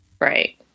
right